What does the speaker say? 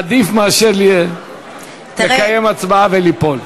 עדיף מאשר לקיים הצבעה וליפול.